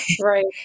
Right